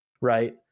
right